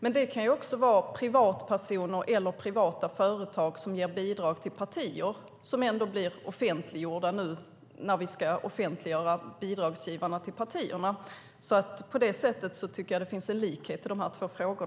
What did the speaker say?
Men det kan också vara privatpersoner eller privata företag som ger bidrag till partier som ändå blir offentliggjorda nu när vi ska offentliggöra de som ger bidrag till partierna. På det sättet tycker jag att det finns en likhet i dessa två frågor.